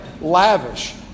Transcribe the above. lavish